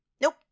nope